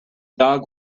dog